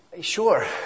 Sure